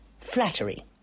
flattery